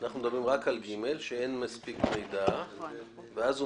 אנחנו מדברים רק על (ג) כאשר אין מספיק מידע ואז הוא